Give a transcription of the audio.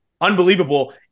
Unbelievable